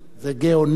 זה גיא-אוני,